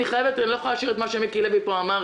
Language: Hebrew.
אני לא יכולה להשאיר את מה שמיקי לוי פה אמר